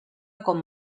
com